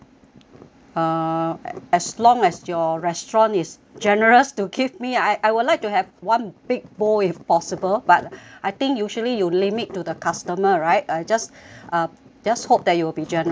uh as long as your restaurant is generous to give me I I would like to have one big bowl if possible but I think usually you limit to the customer right I just uh just hope that you will be generous lah